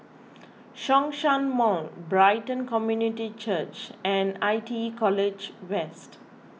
Zhongshan Mall Brighton Community Church and I T E College West